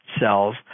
Cells